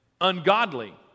ungodly